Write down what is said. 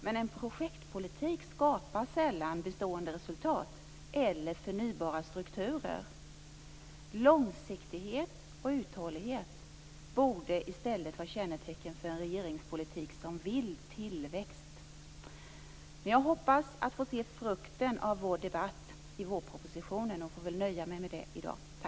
Men en projektpolitik skapar sällan bestående resultat eller förnybara strukturer. Långsiktighet och uthållighet borde i stället vara kännetecken för en regeringspolitik som vill tillväxt. Jag hoppas att få se frukten av vår debatt i vårpropositionen. Jag får väl nöja mig med det i dag. Tack!